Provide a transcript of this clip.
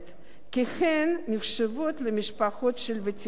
כי הן נחשבות למשפחות של ותיקים,